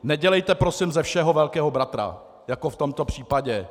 Nedělejte prosím ze všeho Velkého bratra jako v tomto případě.